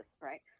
right